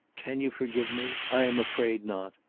can you forgive me? i am afraid not.